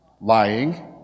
lying